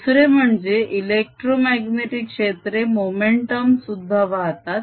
दुसरे म्हणजे इलेक्ट्रोमाग्नेटीक क्षेत्रे मोमेंटम सुद्धा वाहतात